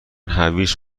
هویج